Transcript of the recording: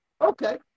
Okay